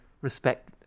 Respect